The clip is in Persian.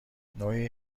نوعی